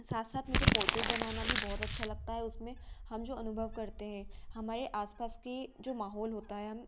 साथ साथ मुझे पोर्ट्रेट बनाना भी बहुत अच्छा लगता है उसमें हम जो अनुभव करते हैं हमारे आसपास की जो माहौल होता है हम